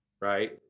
right